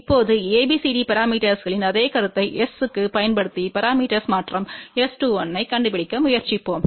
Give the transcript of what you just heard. இப்போதுABCD பரமீட்டர்ஸ்களின் அதே கருத்தை S க்கு பயன்படுத்திபரமீட்டர்ஸ் மாற்றம் S21ஐகண்டுபிடிக்க முயற்சிப்போம்